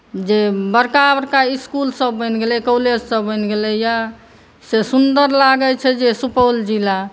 जे बड़का बड़का इसकुल सभ बनि गेलै कॉलेज सभ बनि गेलैया से सुन्दर लागै छै जे सुपौल जिला